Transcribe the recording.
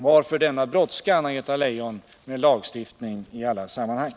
Varför denna brådska, Anna Greta Leijon, med lagstiftning i alla sammanhang?